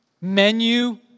menu